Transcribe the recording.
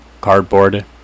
Cardboard